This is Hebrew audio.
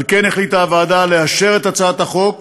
על כן החליטה הוועדה לאשר את הצעת החוק